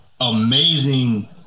Amazing